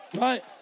right